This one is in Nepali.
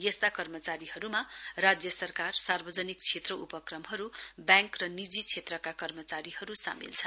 यस्ता कर्मचारीहरुमा राज्य सरकार सार्वाजनिक क्षेत्र उपक्रमहरु ब्याङ्क र निजी क्षेत्रका कर्मचारीहरु सामेल छन्